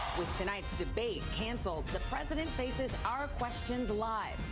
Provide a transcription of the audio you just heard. with tonight's debate canceled, the president faces our questions live.